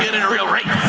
in in a real race.